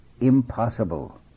impossible